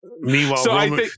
meanwhile